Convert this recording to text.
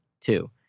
Two